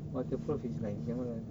waterproof is like you know that